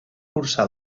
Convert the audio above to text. cursar